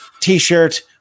t-shirt